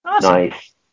Nice